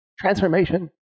transformation